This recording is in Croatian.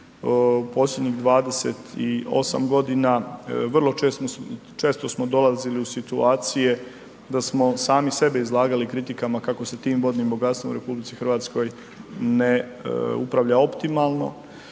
posljednjih 28 godina vrlo često smo dolazili u situacije da smo sami sebe izlagali kritikama kako se tim vodnim bogatstvom u RH ne upravlja optimalno.